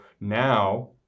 now